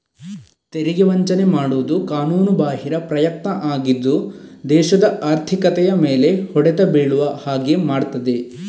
ತೆರಿಗೆ ವಂಚನೆ ಮಾಡುದು ಕಾನೂನುಬಾಹಿರ ಪ್ರಯತ್ನ ಆಗಿದ್ದು ದೇಶದ ಆರ್ಥಿಕತೆಯ ಮೇಲೆ ಹೊಡೆತ ಬೀಳುವ ಹಾಗೆ ಮಾಡ್ತದೆ